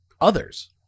others